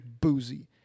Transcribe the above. Boozy